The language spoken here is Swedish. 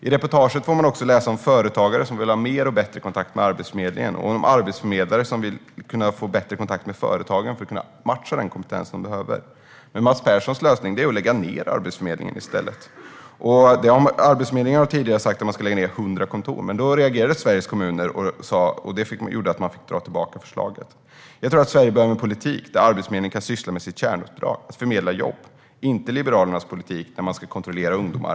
I reportaget får vi också läsa om företagare som vill ha mer och bättre kontakt med Arbetsförmedlingen och om arbetsförmedlare som vill ha bättre kontakt med företagen för att kunna matcha den kompetens de behöver. Men Mats Perssons lösning är att lägga ned Arbetsförmedlingen i stället. Arbetsförmedlingen har tidigare sagt att man ska lägga ned 100 kontor, men då reagerade Sveriges kommuner vilket gjorde att man fick dra tillbaka förslaget. Jag tror att Sverige behöver en politik där Arbetsförmedlingen kan syssla med sitt kärnuppdrag, att förmedla jobb, inte Liberalernas politik, där man ska kontrollera ungdomar.